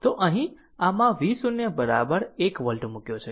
તો અહીં આમાં V0 1 વોલ્ટ મૂક્યો છે